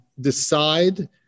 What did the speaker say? decide